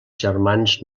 germans